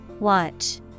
Watch